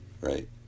right